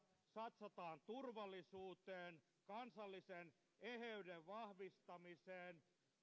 katsotaan turvallisuuteen kansallisen eheyden vahvistamiseen